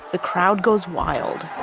the crowd goes wild